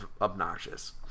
obnoxious